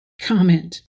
Comment